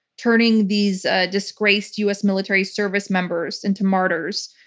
turning these ah disgraced us military service members into martyrs,